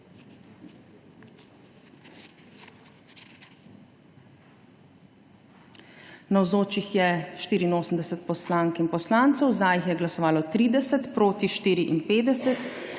Navzočih je 84 poslank in poslancev, za jih je glasovalo 30, proti 54.